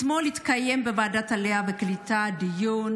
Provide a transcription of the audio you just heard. אתמול התקיים בוועדת העלייה והקליטה דיון